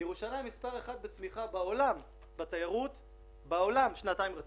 ירושלים מס' 1 בעולם בצמיחה בתיירות שנתיים רצוף.